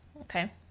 Okay